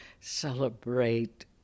celebrate